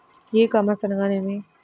ఈ కామర్స్ అనగా నేమి?